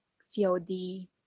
COD